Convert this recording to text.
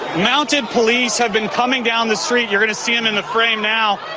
mounted police have been coming down the street, you're going to see them in the frame now,